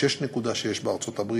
6.6 בארה"ב,